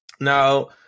Now